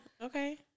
okay